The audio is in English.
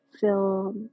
feel